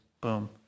Boom